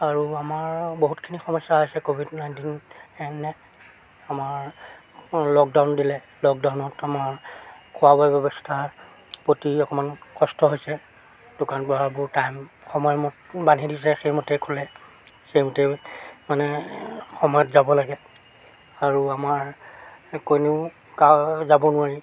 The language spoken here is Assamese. আৰু আমাৰ বহুতখিনি সমস্যা হৈছে ক'ভিড নাইণ্টিনে আমাৰ লকডাউন দিলে লকডাউনত আমাৰ খোৱা বোৱা ব্যৱস্থাৰ প্ৰতি অকণমান কষ্ট হৈছে দোকান পোহাৰবোৰ টাইম সময় বান্ধি দিছে সেইমতে খোলে সেইমতে মানে সময়ত যাব লাগে আৰু আমাৰ কেনিও কাৰো যাব নোৱাৰি